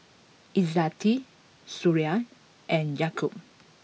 Izzati Suria and Yaakob